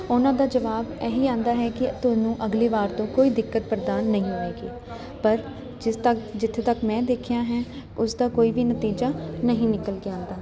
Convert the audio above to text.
ਉਹਨਾਂ ਦਾ ਜਵਾਬ ਇਹ ਹੀ ਆਉਂਦਾ ਹੈ ਕਿ ਤੁਹਾਨੂੰ ਅਗਲੀ ਵਾਰ ਤੋਂ ਕੋਈ ਦਿੱਕਤ ਪ੍ਰਦਾਨ ਨਹੀਂ ਹੋਵੇਗੀ ਪਰ ਜਿਸ ਤੱਕ ਜਿੱਥੇ ਤੱਕ ਮੈਂ ਦੇਖਿਆ ਹੈ ਉਸ ਦਾ ਕੋਈ ਵੀ ਨਤੀਜਾ ਨਹੀਂ ਨਿਕਲ ਕੇ ਆਉਂਦਾ